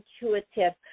intuitive